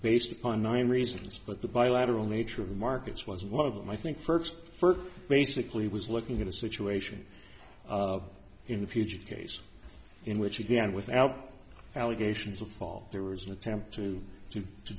based on nine reasons but the bilateral nature of the markets was one of them i think first first basically was looking at a situation of in the future case in which again without allegations of fall there was an attempt to t